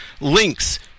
links